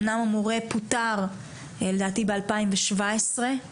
אמנם המורה פוטר לדעתי ב-2017.